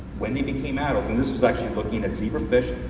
when they became out, and this was actually looking at zebra fish,